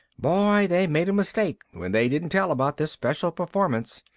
boy, they made a mistake when they didn't tell about this special performance,